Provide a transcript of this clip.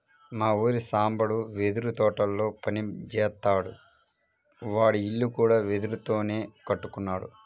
మా ఊరి సాంబడు వెదురు తోటల్లో పని జేత్తాడు, వాడి ఇల్లు కూడా వెదురుతోనే కట్టుకున్నాడు